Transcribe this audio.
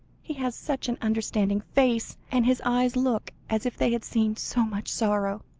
he has such an understanding face, and his eyes look as if they had seen so much sorrow,